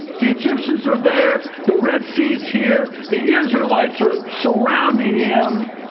the egyptians are there, the red sea's here, the israelites are surrounding him.